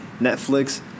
Netflix